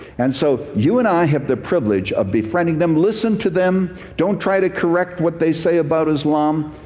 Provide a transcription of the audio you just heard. and so you and i have the privilege of befriending them. listen to them. don't try to correct what they say about islam.